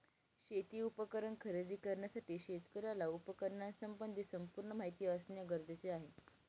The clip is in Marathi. शेती उपकरण खरेदी करण्यासाठी शेतकऱ्याला उपकरणासंबंधी संपूर्ण माहिती असणे गरजेचे आहे